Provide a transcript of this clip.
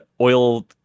oil